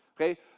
okay